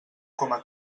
coma